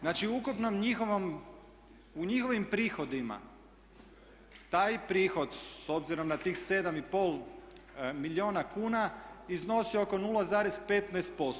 Znači ukupno u njihovim prihodima, taj prihod s obzirom na tih 7,5 milijuna kuna iznosi oko 0,15%